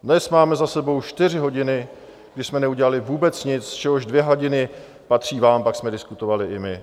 Dnes máme za sebou čtyři hodiny, kdy jsme neudělali vůbec nic, z čehož dvě hodiny patří vám, pak jsme diskutovali i my.